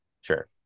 Sure